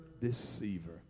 deceiver